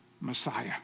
Messiah